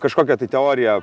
kažkokią tai teoriją